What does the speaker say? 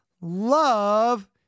love